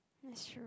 that's true